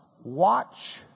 Watch